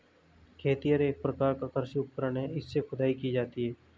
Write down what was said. खेतिहर एक प्रकार का कृषि उपकरण है इससे खुदाई की जाती है